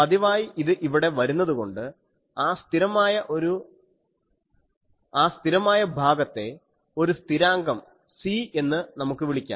പതിവായി ഇത് ഇവിടെ വരുന്നതുകൊണ്ട് ആ സ്ഥിരമായ ഭാഗത്തെ ഒരു സ്ഥിരാങ്കം C എന്ന് നമുക്ക് വിളിക്കാം